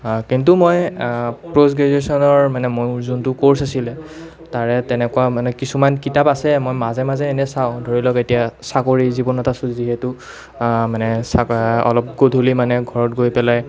কিন্তু মই পষ্ট গ্ৰেজুয়েশ্যনৰ মানে মোৰ যোনটো ক'ৰ্চ আছিলে তাৰে তেনেকুৱা মানে কিছুমান কিতাপ আছে মই মাজে মাজে এনে চাওঁ ধৰি লওক এতিয়া চাকৰি জীৱনত আছোঁ যিহেতু মানে চা অলপ গধূলি মানে ঘৰত গৈ পেলাই